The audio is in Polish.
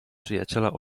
przyjaciela